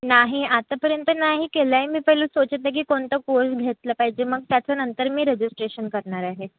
नाही आतापर्यंत नाही केलं आहे मी पहिलं सोचत आहे की कोणता कोर्स घेतला पाहिजे मग त्याच्यानंतर मी रजिस्ट्रेशन करणार आहे